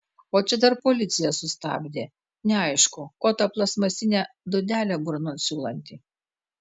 o čia dar policija sustabdė neaišku ko tą plastmasinę dūdelę burnon siūlanti